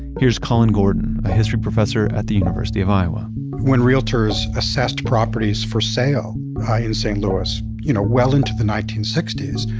here's colin gordon, a history professor at the university of iowa when realtors assessed properties for sale in st. louis, you know well into the nineteen sixty s,